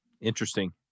Interesting